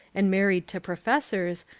and married to professors,